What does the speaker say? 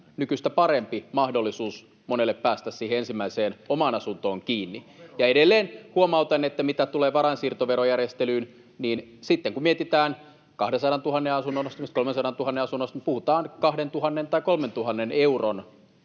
nykyistä parempi mahdollisuus monelle päästä ensimmäiseen omaan asuntoon kiinni. Edelleen huomautan, että mitä tulee varainsiirtoverojärjestelyyn, niin sitten kun mietitään 200 000:n asunnon ostamista, 300 000:n asunnon ostamista, puhutaan 2 000:n tai 3 000 euron